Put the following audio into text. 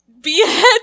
behead